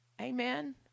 amen